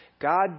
God